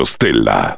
Stella